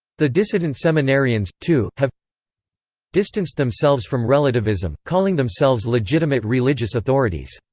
the dissident seminarians, too, have distanced themselves from relativism, calling themselves legitimate religious authorities.